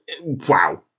Wow